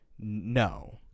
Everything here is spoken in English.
no